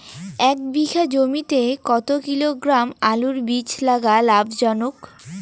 এক বিঘা জমিতে কতো কিলোগ্রাম আলুর বীজ লাগা লাভজনক?